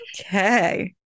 Okay